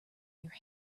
your